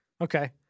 Okay